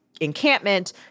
encampment